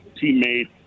teammate